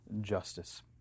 justice